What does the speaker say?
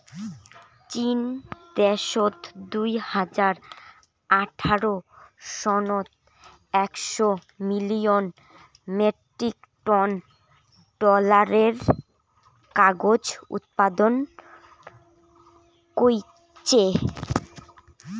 চীন দ্যাশত দুই হাজার আঠারো সনত একশ মিলিয়ন মেট্রিক টন ডলারের কাগজ উৎপাদন কইচ্চে